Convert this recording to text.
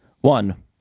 One